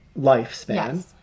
lifespan